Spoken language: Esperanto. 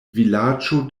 vilaĝo